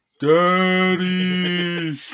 Daddy